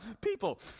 people